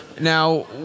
Now